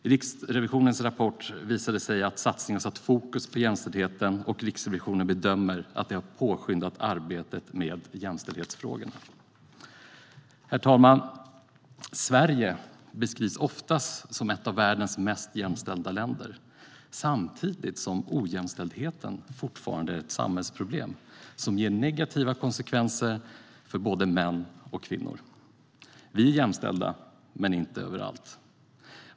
I Riksrevisionens rapport visade det sig att satsningen satt fokus på jämställdheten, och Riksrevisionen bedömer att det har påskyndat arbetet med jämställdhetsfrågorna. Herr talman! Sverige beskrivs oftast som ett av världens mest jämställda länder, samtidigt som ojämställdheten fortfarande är ett samhällsproblem som ger negativa konsekvenser för både män och kvinnor. Vi är jämställda, men inte överallt.